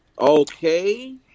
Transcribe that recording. Okay